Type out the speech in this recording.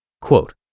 Quote